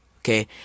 okay